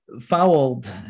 fouled